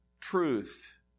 truth